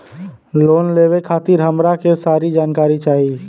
Loan लेवे खातीर हमरा के सारी जानकारी चाही?